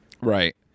Right